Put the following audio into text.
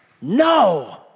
No